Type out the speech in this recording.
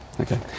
okay